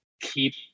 keep